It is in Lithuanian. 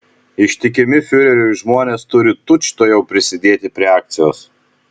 ištikimi fiureriui žmonės turi tučtuojau prisidėti prie akcijos